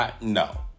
No